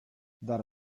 dar